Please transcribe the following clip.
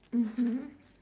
mmhmm